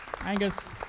Angus